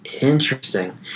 Interesting